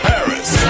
Paris